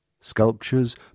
sculptures